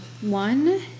one